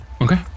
Okay